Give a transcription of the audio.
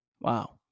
Wow